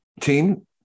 team